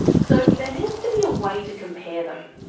so there needs to be a way to compare them.